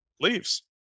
leaves